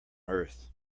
earth